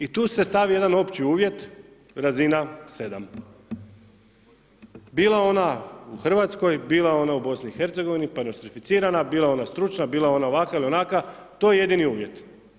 I tu se stavi jedan opći uvjet, razina 7. Bila ona u Hrvatskoj, bila ona u BiH-a, pa nostrificirana, bila ona stručna, bila ona ovakva ili onakva, to je jedini uvjet.